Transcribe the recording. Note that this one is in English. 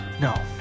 no